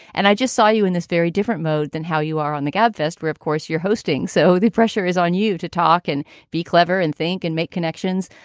and i just saw you in this very different mode than how you are on the gabfest where of course, you're hosting. so the pressure is on you to talk and be clever and think and make connections.